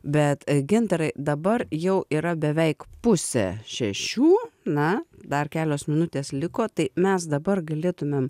bet gintarai dabar jau yra beveik pusę šešių na dar kelios minutės liko tai mes dabar galėtumėm